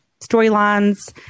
storylines